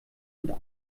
und